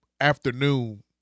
afternoon